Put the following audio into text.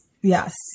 Yes